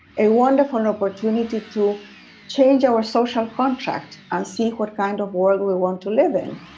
a wonderful and opportunity to change our social contract and see what kind of world we want to live in.